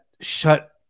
shut